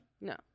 No